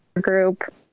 group